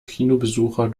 kinobesucher